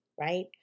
right